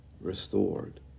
restored